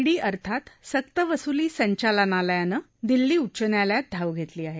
D अर्थात सक्तवसुली संचालनालयानं दिल्ली उच्च न्यायालयात धाव घेतली आहे